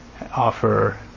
offer